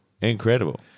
Incredible